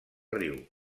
riu